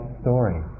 story